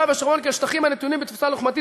ושומרון כאל השטחים האלה שנתונים בתפיסה לוחמתית,